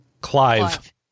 Clive